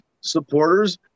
supporters